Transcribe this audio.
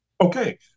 Okay